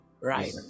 Right